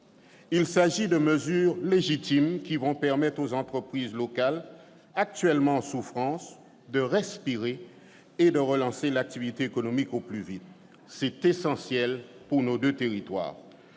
Il s'agit de mesures légitimes qui vont permettre aux entreprises locales, actuellement en souffrance, de respirer et de relancer l'activité économique au plus vite. C'est essentiel pour nos deux territoires.